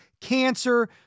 cancer